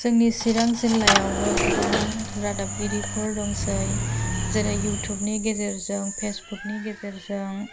जोंनि चिरां जिल्लायावबो गोबां रादाबगिरिफोर दंसै जेरै इबथुबनि गेजेरजों फेसबुकनि गेजेरजों